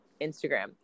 Instagram